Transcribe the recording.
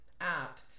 app